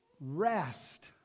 rest